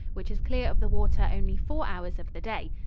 which is clear of the water only four hours of the day.